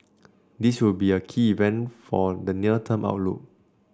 this will be a key event for the near term outlook